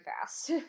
fast